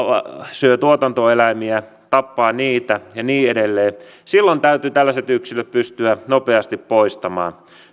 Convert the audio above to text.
syö tuotantoeläimiä tappaa niitä ja niin edelleen tällaiset yksilöt täytyy pystyä nopeasti poistamaan